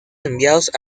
enviados